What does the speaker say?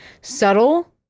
subtle